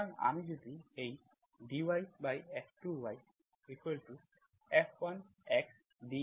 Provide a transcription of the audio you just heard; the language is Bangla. সুতরাং আমি যদি এই dyf2yf1xdx ভাগ করি